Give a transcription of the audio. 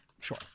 sure